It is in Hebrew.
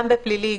גם בפלילי,